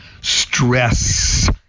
Stress